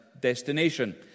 destination